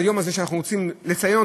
ביום הזה שאנחנו רוצים לציין,